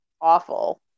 awful